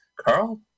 Carl